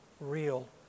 real